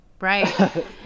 Right